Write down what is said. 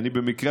במקרה,